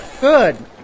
Good